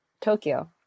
Tokyo